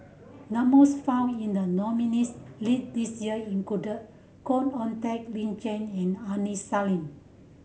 found in the nominees' lid this year included Khoo Oon Teik Lin Chen and Aini Salim